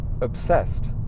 obsessed